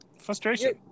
frustration